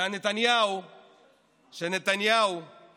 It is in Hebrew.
ונתניהו הוא